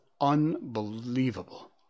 unbelievable